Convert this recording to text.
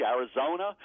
Arizona